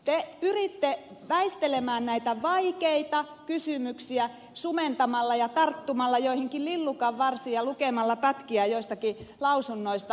te pyritte väistelemään näitä vaikeita kysymyksiä sumentamalla ja tarttumalla joihinkin lillukanvarsiin ja lukemalla pätkiä joistakin lausunnoista